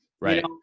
Right